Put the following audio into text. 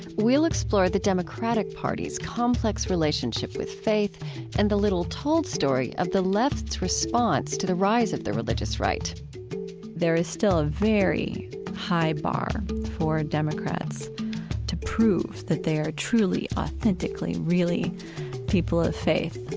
we'll explore the democratic party's complex relationship with faith and the little-told story of the left's response to the rise of the religious right there is still a very high bar for democrats to prove that they are truly, authentically, really people of faith.